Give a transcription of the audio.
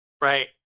right